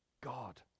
God